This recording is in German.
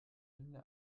linda